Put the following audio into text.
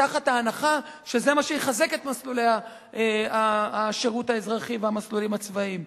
תחת ההנחה שזה מה שיחזק את מסלולי השירות האזרחי והמסלולים הצבאיים.